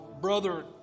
brother